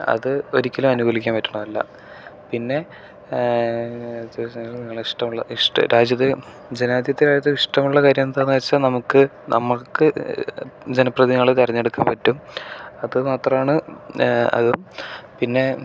അത് ഒരിക്കലും അനുകൂലിക്കാൻ പറ്റണതല്ല പിന്നെ ഇഷ്ടമുള്ള രാജ്യത്തിന് ജനാധിപത്യ രാജ്യത്ത് ഇഷ്ടമുള്ള കാര്യമെന്താണ് വെച്ചാൽ നമുക്ക് നമുക്ക് ജന പ്രതിനിധികളെ തിരഞ്ഞെടുക്കാൻ പറ്റും അത് മാത്രാമാണ് അതും പിന്നെ